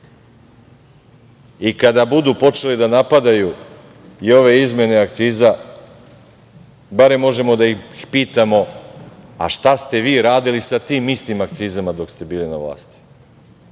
Kada budu počeli da napadaju ove izmene akciza barem možemo da ih pitamo - šta ste vi radili sa tim istim akcizama dok ste bili na vlasti? Zaista